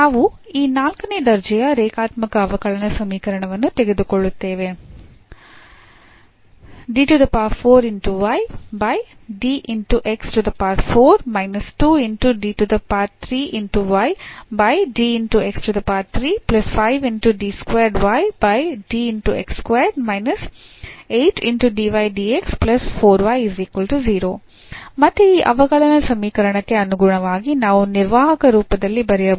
ನಾವು ಈ ನಾಲ್ಕನೇ ದರ್ಜೆಯ ರೇಖಾತ್ಮಕ ಅವಕಲನ ಸಮೀಕರಣವನ್ನು ತೆಗೆದುಕೊಳ್ಳುತ್ತೇವೆ ಮತ್ತೆ ಈ ಅವಕಲನ ಸಮೀಕರಣಕ್ಕೆ ಅನುಗುಣವಾಗಿ ನಾವು ನಿರ್ವಾಹಕ ರೂಪದಲ್ಲಿ ಬರೆಯಬಹುದು